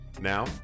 Now